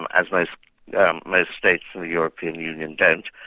and as most yeah um most states in the european union don't,